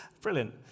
Brilliant